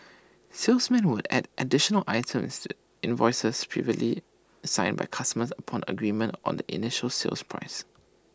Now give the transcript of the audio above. salesmen would add additional items invoices previously signed by customers upon agreement on the initial sale prices